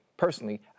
Personally